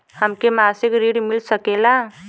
हमके मासिक ऋण मिल सकेला?